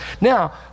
Now